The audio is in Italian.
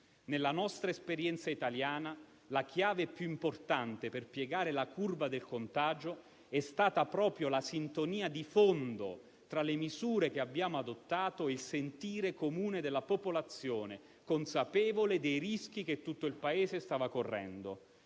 Nella nostra esperienza italiana la chiave più importante per piegare la curva del contagio è stata proprio la sintonia di fondo tra le misure che abbiamo adottato e il sentire comune della popolazione, consapevole dei rischi che tutto il Paese stava correndo.